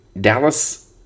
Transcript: Dallas